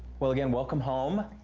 well, again, welcome home.